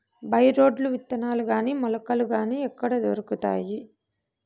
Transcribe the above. By రోడ్లు విత్తనాలు గాని మొలకలు గాని ఎక్కడ దొరుకుతాయి?